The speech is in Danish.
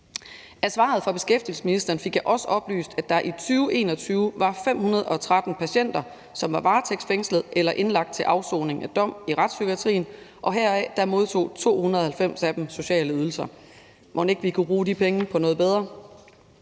Af svaret fra beskæftigelsesministeren fik jeg også oplyst, at der i 2021 var 513 patienter, som var varetægtsfængslet eller indlagt til afsoning af dom i retspsykiatrien, og heraf modtog 290 af dem sociale ydelser. Mon ikke vi kunne bruge de penge på noget bedre?